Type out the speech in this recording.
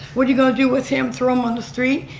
what are you going to do with him? throw him on the street?